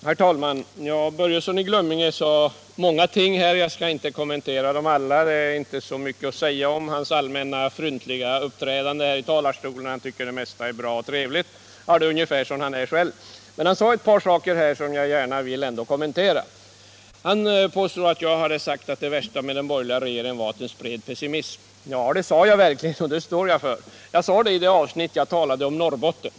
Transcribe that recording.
Herr talman! Fritz Börjesson sade många ting; jag skall inte kommentera dem alla. Det är inte så mycket att säga om hans allmänt fryntliga uppträdande i talarstolen. Han tycker att det mesta är bra och trevligt —- ungefär som han är själv. Men han sade ett par saker som jag ändå gärna vill kommentera. Fritz Börjesson påstod att jag hade sagt att det värsta med den borgerliga regeringen var att den spred pessimism. Ja, det sade jag verkligen, och det står jag för. Jag sade det i det avsnitt av mitt anförande där jag talade om Norrbotten.